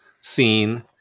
scene